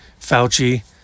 Fauci